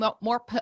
more